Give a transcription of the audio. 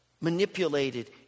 manipulated